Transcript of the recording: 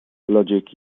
logic